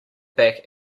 back